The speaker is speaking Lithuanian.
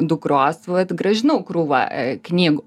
dukros vat grąžinau krūvą knygų